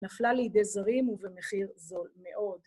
נפלה לידי זרים ובמחיר זול מאוד.